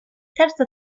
terza